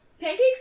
Pancakes